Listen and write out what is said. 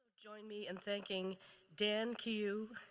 join me in thanking dan quiyu,